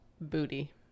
Booty